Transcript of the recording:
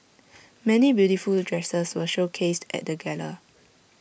many beautiful dresses were showcased at the gala